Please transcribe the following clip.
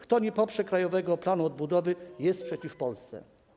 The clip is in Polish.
Kto nie poprze krajowego planu odbudowy, jest przeciw Polsce.